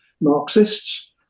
Marxists